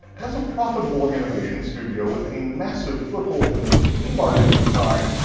as a profitable animation studio with a massive foothold in the tv market at the time,